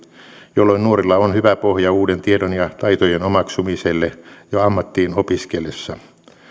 jolloin nuorilla on hyvä pohja uuden tiedon ja taitojen omaksumiselle jo ammattiin opiskellessa